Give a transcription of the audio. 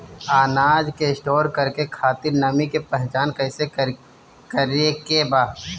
अनाज के स्टोर करके खातिर नमी के पहचान कैसे करेके बा?